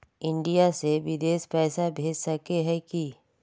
India से बिदेश पैसा भेज सके है की?